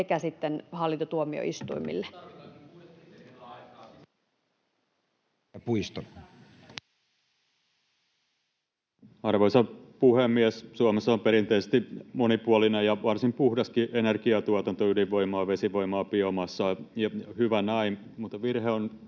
Time: 17:33 Content: Arvoisa puhemies! Suomessahan on perinteisesti monipuolinen ja varsin puhdaskin energiatuotanto — ydinvoimaa, vesivoimaa, biomassaa — ja hyvä näin, mutta virhe on